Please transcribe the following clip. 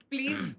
Please